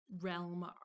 realm